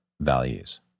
values